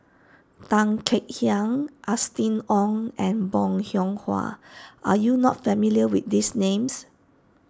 Tan Kek Hiang Austen Ong and Bong Hiong Hwa are you not familiar with these names